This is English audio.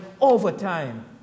overtime